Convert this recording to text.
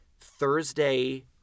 Thursday